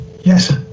Yes